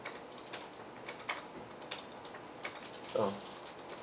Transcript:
oh